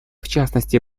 частности